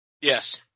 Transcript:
Yes